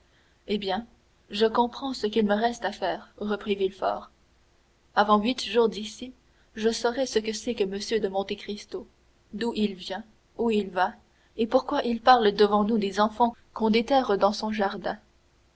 eh bien je comprends ce qu'il me reste à faire reprit villefort avant huit jours d'ici je saurai ce que c'est que m de monte cristo d'où il vient où il va et pourquoi il parle devant nous des enfants qu'on déterre dans son jardin